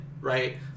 right